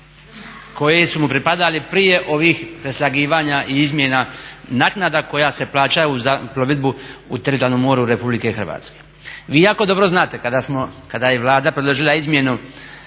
koje su mu pripadali prije ovih preslagivanja i izmjena naknada koja se plaćaju u plovidbi u teritorijalnom moru RH. Vi jako dobro znate kada je Vlada predložila izmjenu